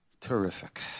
Terrific